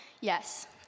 Yes